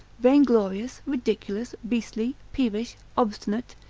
vainglorious, ridiculous, beastly, peevish, obstinate,